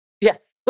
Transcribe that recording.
Yes